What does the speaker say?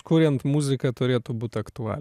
kuriant muziką turėtų būt aktuali